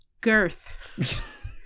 girth